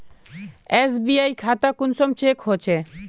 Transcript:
SBI खाता कुंसम check होचे?